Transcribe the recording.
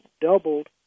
doubled